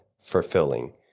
fulfilling